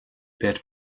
beir